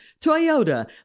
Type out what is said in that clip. Toyota